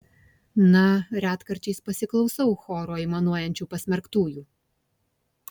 na retkarčiais pasiklausau choru aimanuojančių pasmerktųjų